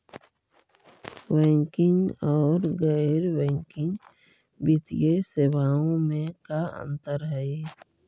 Banking और गैर banking वित्तीय सेवाओं में का अंतर हइ?